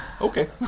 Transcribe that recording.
Okay